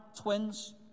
twins